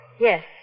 Yes